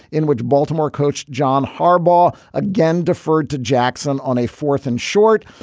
in which baltimore coach john harbaugh again deferred to jackson on a fourth and short.